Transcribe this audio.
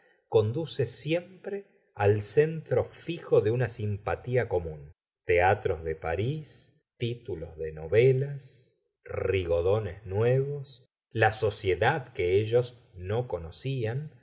conduce siempre al centro fijo de una simpatía común teatros de parís títulos de novelas rigodones nuevos la sociedad que ellos no conocían